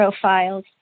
profiles